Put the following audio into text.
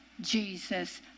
Jesus